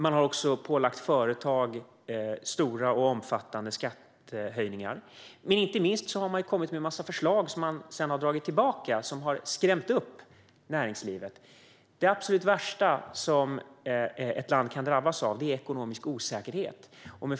Man har också pålagt företag stora och omfattande skattehöjningar. Inte minst har man kommit med en massa förslag som man visserligen sedan har dragit tillbaka men som har skrämt upp näringslivet. Det absolut värsta som ett land kan drabbas av är ekonomisk osäkerhet.